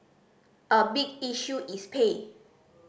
a big issue is pay